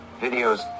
videos